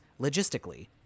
logistically